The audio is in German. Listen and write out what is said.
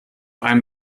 einem